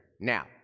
Now